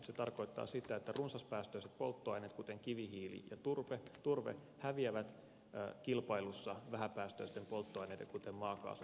se tarkoittaa sitä että runsaspäästöiset polttoaineet kuten kivihiili ja turve häviävät kilpailussa vähäpäästöisten polttoaineiden kuten maakaasun kanssa